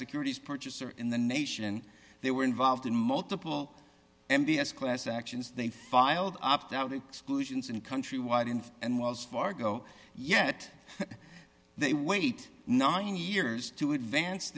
securities purchaser in the nation they were involved in multiple m d s class actions they filed opt out exclusions and countrywide and and wells fargo yet they wait nine years to advance